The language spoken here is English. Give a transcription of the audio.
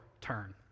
turn